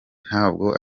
ntabwo